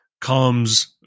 comes